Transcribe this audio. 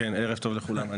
ערב טוב לכולם.